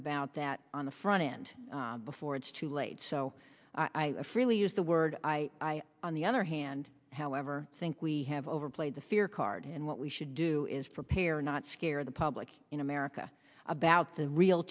about that on the front end before it's too late so i freely use the word i on the other hand however think we have overplayed the fear card and what we should do is prepare not scare the public in a marriage about the real